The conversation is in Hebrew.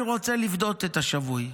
אני רוצה לפדות את השבוי.